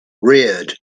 reared